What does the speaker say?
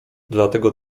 dlatego